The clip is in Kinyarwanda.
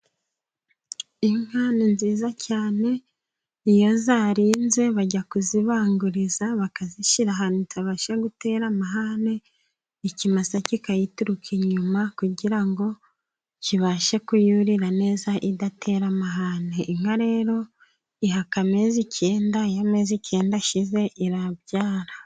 Inka ni nziza cyane. Iyo yarinze bajya kuyibanguriza bakayishyira ahantu itabasha gutera amahane, ikimasa kikayituruka inyuma kugira ngo kibashe kuyurira neza idatera amahane. Inka rero ihaka amezi icyenda. Iyo amezi icyenda ashize, irabyara.